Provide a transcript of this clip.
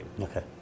Okay